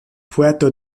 puerto